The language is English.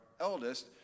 eldest